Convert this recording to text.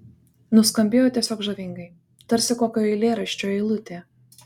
nuskambėjo tiesiog žavingai tarsi kokio eilėraščio eilutė